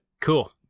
Cool